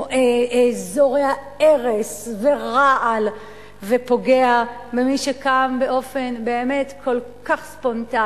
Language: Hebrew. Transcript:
הוא זורע הרס ורעל ופוגע במי שקם באופן ספונטני,